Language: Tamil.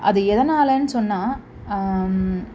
அது எதனாலன்னு சொன்னால்